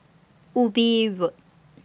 Ubi Road